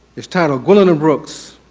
it's titled gwendolyn brooks,